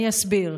אני אסביר: